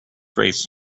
raised